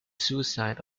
suicide